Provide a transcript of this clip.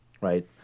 right